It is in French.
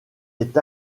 est